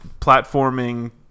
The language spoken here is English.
Platforming